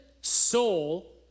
soul